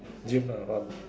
gym lah